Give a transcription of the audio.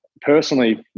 personally